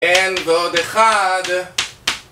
N+1